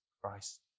Christ